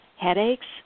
headaches